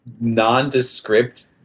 nondescript